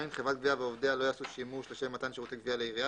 חברת גבייה ועובדיה לא יעשו שימוש לשם מתן שירותי גבייה לעירייה,